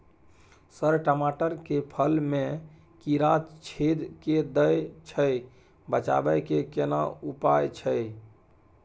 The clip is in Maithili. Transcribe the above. सर टमाटर के फल में कीरा छेद के दैय छैय बचाबै के केना उपाय छैय?